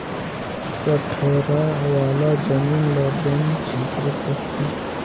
कठरा वाला जमीन ल बन छेत्र कहथें